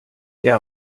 der